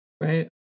Right